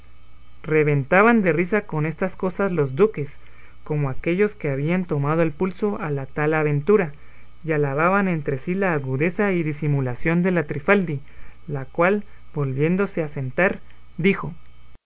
reventaban de risa con estas cosas los duques como aquellos que habían tomado el pulso a la tal aventura y alababan entre sí la agudeza y disimulación de la trifaldi la cual volviéndose a sentar dijo